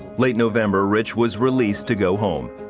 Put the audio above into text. late november, rich was released to go home.